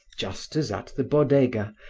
just as at the bodega,